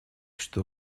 что